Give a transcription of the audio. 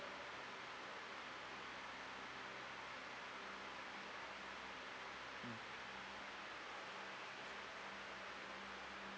mm